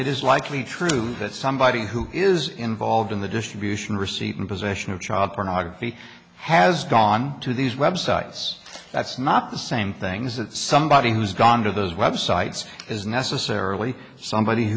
it is likely true that somebody who is involved in the distribution receiving possession of child pornography has gone to these websites that's not the same things that somebody who's gone to those websites is necessarily somebody